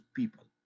people